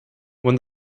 when